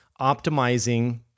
optimizing